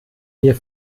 mir